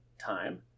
time